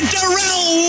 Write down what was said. Darrell